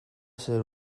ser